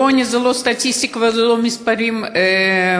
ועוני זה לא סטטיסטיקה ולא מספרים בתקציבים,